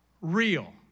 real